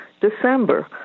December